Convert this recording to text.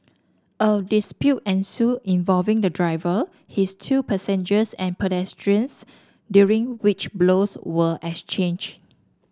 of dispute ensued involving the driver his two passengers and pedestrians during which blows were exchanged